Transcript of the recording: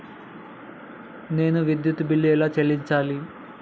నేను విద్యుత్ బిల్లు ఎలా చెల్లించాలి?